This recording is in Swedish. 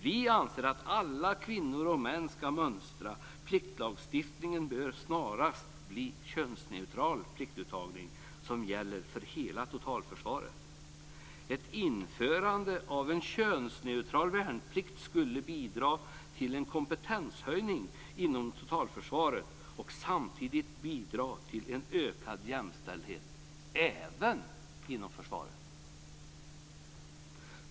Vi anser att alla kvinnor och män ska mönstra. Pliktlagstiftningen bör snarast bli en könsneutral pliktuttagning som gäller för hela totalförsvaret. Ett införande av en könsneutral värnplikt skulle bidra till en kompetenshöjning inom totalförsvaret och samtidigt bidra till en ökad jämställdhet även inom försvaret.